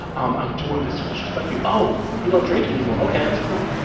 um i'm doing this to disrespect you. oh, you don't drink anymore. okay, that's cool.